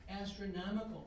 astronomical